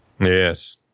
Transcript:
Yes